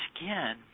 again